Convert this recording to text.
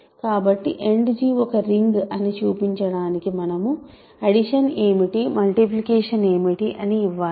కాబట్టి End ఒక ring అని చూపించడానికి మనం అడిషన్ ఏమిటి మల్టిప్లికేషన్ ఏమిటి అని చెప్పాలి